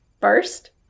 First